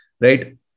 right